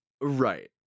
right